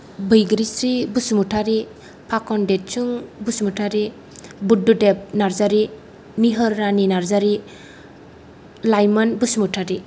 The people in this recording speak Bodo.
बैग्रिश्री बसुमतारी फाकन देदसुं बसुमतारी बुद्धदेब नार्जारी निहोर रानि नार्जारी लाइमोन बसुमतारी